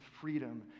freedom